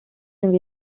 away